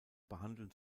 behandeln